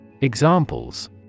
Examples